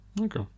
Okay